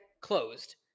closed